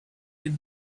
had